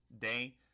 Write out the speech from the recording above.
day